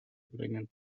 bringen